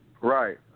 Right